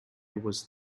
was